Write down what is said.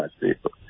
people